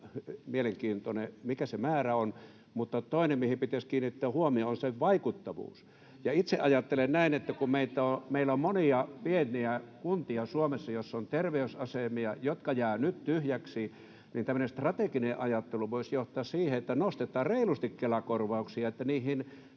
mielenkiintoista, mikä niiden määrä on, mutta toinen, mihin pitäisi kiinnittää huomiota, on niiden vaikuttavuus. [Vasemmalta: Sitähän mekin ollaan sanottu!] Itse ajattelen näin, että kun meillä on Suomessa monia pieniä kuntia, joissa on terveysasemia, jotka jäävät nyt tyhjiksi, niin tämmöinen strateginen ajattelu voisi johtaa siihen, että nostetaan reilusti Kela-korvauksia, niin että niihin